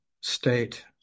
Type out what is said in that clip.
state